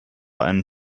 einen